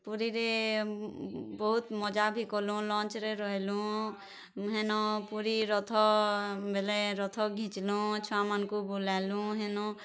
ପୁରୀରେ ବହୁତ୍ ମଜା ବି କଲୁ ଲଞ୍ଚ୍ରେ ରହେଲୁଁ ହେନ ପୁରୀ ରଥ ବେଲେ ରଥ ଘିଚ୍ଲୁଁ ଛୁଆମାନଙ୍କୁ ବୁଲାଲୁଁ ହେନ